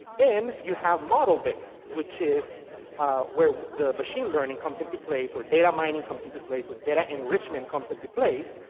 you have model base, which is where the machine learning comes into place where data mining comes into place, where data enrichment comes into place.